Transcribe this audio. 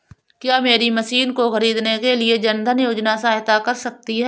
क्या मेरी मशीन को ख़रीदने के लिए जन धन योजना सहायता कर सकती है?